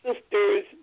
sisters